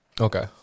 Okay